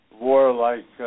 warlike